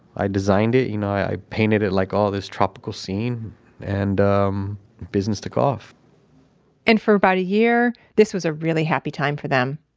i designed it, you know, i painted it like all this tropical scene and um business took off and for about a year, this was a really happy time for them.